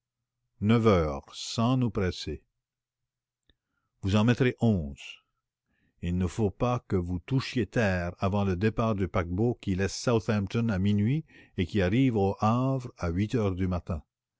neuf heures sans nous presser vous en mettrez onze il ne faut pas que vous touchiez terre avant le départ du paquebot qui laisse southampton à minuit et qui arrive au hâvre à huit heures du matin